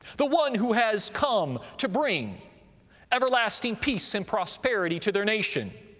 the one who has come to bring everlasting peace and prosperity to their nation,